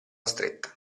stretta